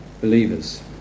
believers